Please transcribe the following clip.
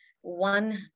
one